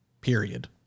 Period